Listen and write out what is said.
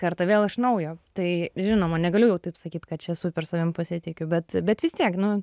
kartą vėl iš naujo tai žinoma negaliu jau taip sakyt kad čia super savim pasitikiu bet bet vis tiek nu